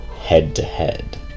head-to-head